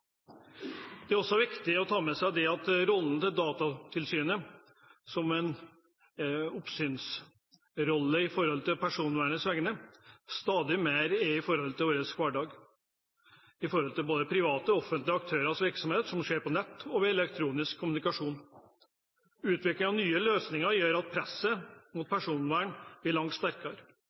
Det er også viktig å ha med seg at rollen til Datatilsynet, som har en oppsynsrolle når det gjelder personvernet, blir stadig mer viktig for vår hverdag, når det gjelder både private og offentlige aktørers virksomhet som skjer på nett og ved elektronisk kommunikasjon. Utviklingen av nye løsninger gjør at presset mot personvernet blir langt sterkere.